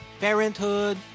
parenthood